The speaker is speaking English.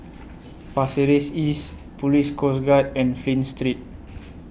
Pasir Ris East Police Coast Guard and Flint Street